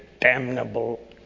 Damnable